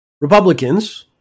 Republicans